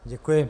Děkuji.